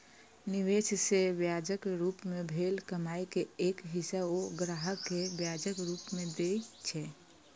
निवेश सं ब्याजक रूप मे भेल कमाइ के एक हिस्सा ओ ग्राहक कें ब्याजक रूप मे दए छै